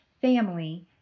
family